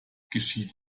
geschieht